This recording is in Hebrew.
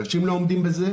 אנשים לא עומדים בזה.